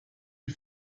die